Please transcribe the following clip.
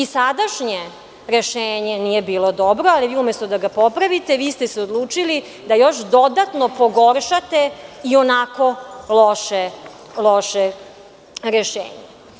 Sadašnje rešenje nije bilo dobro, ali vi umesto da ga popravite vi ste se odlučili da još dodatno pogoršate ionako loše rešenje.